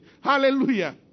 Hallelujah